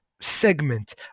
segment